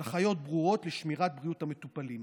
הנחיות ברורות לשמירת בריאות המטופלים.